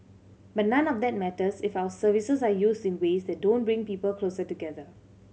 but none of that matters if our services are used in ways that don't bring people closer together